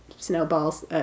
Snowballs